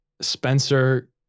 Spencer